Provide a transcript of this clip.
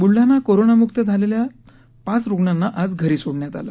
बूलडाणा कोरोनामुक्त झालेल्या पाच रूग्णांना आज घरी सोडण्यात आलं